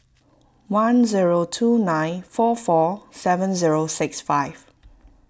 one zero two nine four four seven zero six five